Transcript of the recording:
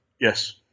Yes